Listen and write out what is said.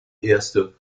erste